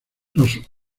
los